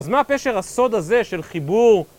אז מה הפשר הסוד הזה של חיבור?